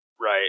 Right